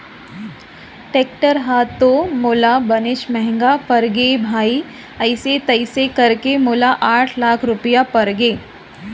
tractor ह तो मोला बनेच महँगा परगे भाई अइसे तइसे करके मोला आठ लाख रूपया परगे